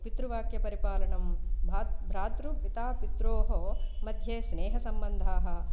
पितृवाक्यपरिपालणं भातृ भ्रातृ पिता पित्रोः मध्ये स्नेह सम्मन्धाः